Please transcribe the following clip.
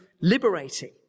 liberating